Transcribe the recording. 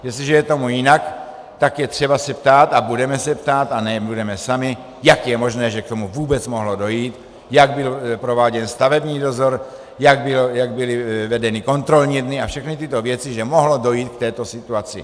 Jestliže je tomu jinak, je třeba se ptát, a budeme se ptát a nebudeme sami, jak je možné, že k tomu vůbec mohlo dojít, jak byl prováděn stavební dozor, jak byly vedeny kontrolní dny a všechny tyto věci, že mohlo dojít k této situaci.